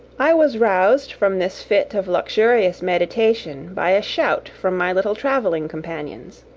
i was roused from this fit of luxurious meditation by a shout from my little travelling companions.